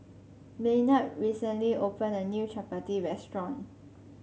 Maynard recently opened a new Chapati restaurant